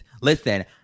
Listen